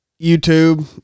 youtube